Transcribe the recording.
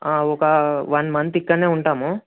ఒక one month ఇక్కడే ఉంటాము